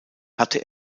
hatte